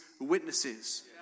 witnesses